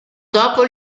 dopo